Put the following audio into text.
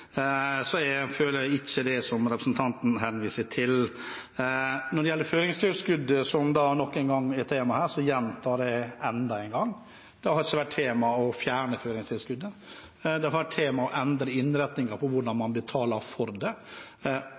så jeg føler ikke det som representanten henviser til. Når det gjelder føringstilskuddet, som nok en gang er tema her, gjentar jeg enda en gang: Det har ikke vært tema å fjerne føringstilskuddet. Det har vært tema å endre innretningen på hvordan man betaler for det